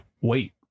wait